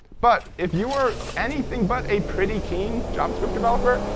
but if you are anything but a pretty keen javascript developer,